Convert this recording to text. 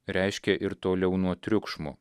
reiškia ir toliau nuo triukšmo